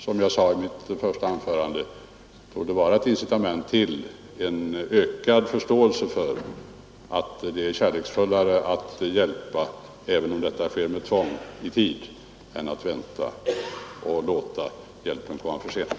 Som jag sade i mitt första anförande tror jag dock att dagens debatt torde vara ett incitament till ökad förståelse för att det är mera kärleksfullt och människovänligt att hjälpa i tid även som detta sker med tvång — än att vänta och låta hjälpen komma för sent.